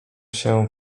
się